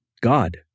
God